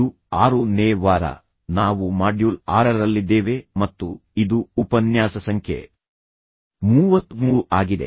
ಇದು 6ನೇ ವಾರ ನಾವು ಮಾಡ್ಯೂಲ್ ಆರರಲ್ಲಿದ್ದೇವೆ ಮತ್ತು ಇದು ಉಪನ್ಯಾಸ ಸಂಖ್ಯೆ 33 ಆಗಿದೆ